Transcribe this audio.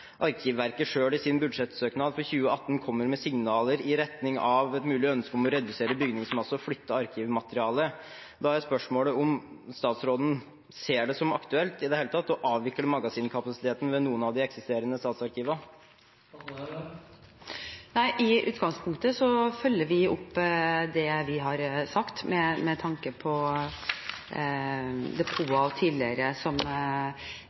Arkivverket selv i sin budsjettsøknad for 2018 kommer med signaler i retning av et mulig ønske om å redusere bygningsmasse og flytte arkivmateriale. Da er spørsmålet om statsråden ser det som aktuelt i det hele tatt å avvikle magasinkapasiteten ved noen av de eksisterende statsarkivene? Nei, i utgangspunktet følger vi opp det vi har sagt, med tanke på depot av tidligere magasiner, og vi setter i gang – etter planene – med det